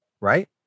right